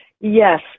Yes